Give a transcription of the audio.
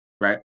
right